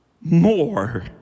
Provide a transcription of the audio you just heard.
more